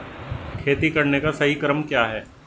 खेती करने का सही क्रम क्या है?